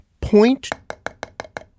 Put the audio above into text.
point